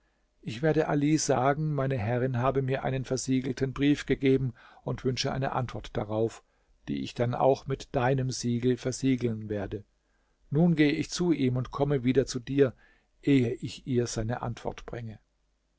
ich werde ali sagen meine herrin habe mir einen versiegelten brief gegeben und wünsche eine antwort darauf die ich dann auch mit deinem siegel versiegeln werde nun gehe ich zu ihm und komme wieder zu dir ehe ich ihr seine antwort bringe